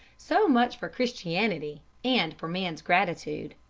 so much for christianity, and for man's gratitude.